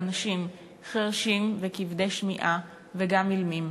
אנשים חירשים וכבדי שמיעה וגם אילמים.